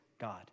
God